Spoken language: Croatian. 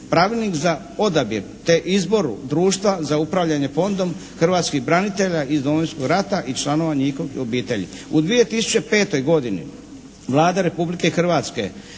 Pravilnik za odabir, te izboru društva za upravljanje Fondom hrvatskih branitelja iz Domovinskog rata i članova njihovih obitelji. U 2005. godini Vlada Republike Hrvatske